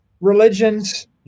religions